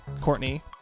Courtney